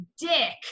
dick